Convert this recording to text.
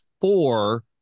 four